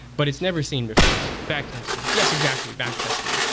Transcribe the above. but it's never seen before. back testing yes, exactly. back testing.